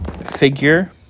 figure